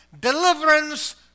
deliverance